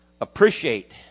Appreciate